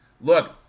Look